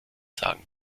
sagen